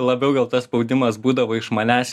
labiau gal tas spaudimas būdavo iš manęs